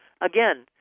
again